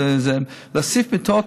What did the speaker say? להוסיף מיטות,